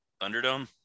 Thunderdome